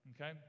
Okay